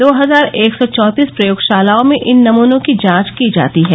दो हजार एक सौ चाँतीस प्रयोगशालाओं में इन नमूनों की जांच की जाती है